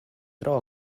tro